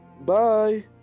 bye